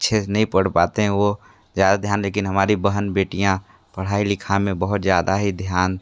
अच्छे से नहीं नहीं पढ़ पाते हैं वह ज़्यादा ध्यान लेकिन हमारी बहन बेटीयाँ पढ़ाई लिखा में बहुत ज्यादा ही ध्यान